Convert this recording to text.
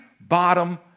bottom